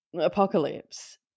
apocalypse